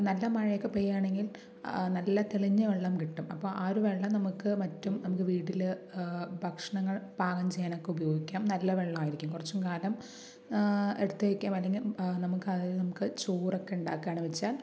നല്ല മഴ ഒക്കെ പെയ്യുകയാണെങ്കിൽ നല്ല തെളിഞ്ഞ വെള്ളം കിട്ടും അപ്പോൾ ആ ഒരു വെള്ളം നമുക്ക് മറ്റും നമുക്ക് വീട്ടില് ഭക്ഷണങ്ങൾ പാകം ചെയ്യാനൊക്കെ ഉപയോഗിക്കാം നല്ല വെള്ളമായിരിക്കും കുറച്ചു കാലം എടുത്ത് വക്കാം അല്ലെങ്കിൽ നമുക്ക് അതിൽ നമുക്ക് ചോറൊക്കെ ഉണ്ടാക്കുകയാണ് വച്ചാൽ